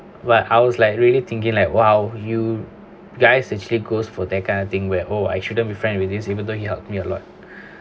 but I was like really thinking like !wow! you guys actually goes for that kind of thing where oh I shouldn't be friend with this even though he helped me a lot